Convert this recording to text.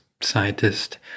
scientist